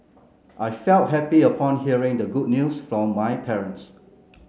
I felt happy upon hearing the good news from my parents